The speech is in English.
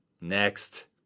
next